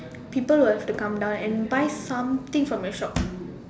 people will have to come down and buy something from your shop